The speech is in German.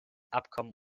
abkommen